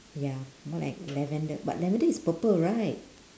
ya more like lavender but lavender is purple right